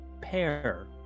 pair